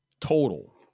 total